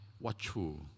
watchful